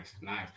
nice